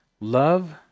Love